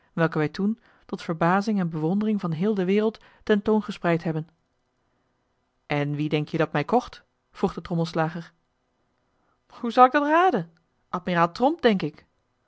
welke wij toen tot verbazing en bewondering van heel de wereld tentoongespreid hebben en wie denk-je dat mij kocht vroeg de trommelslager hoe zal ik dat raden admiraal tromp denk ik